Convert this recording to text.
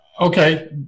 Okay